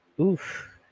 Oof